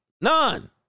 None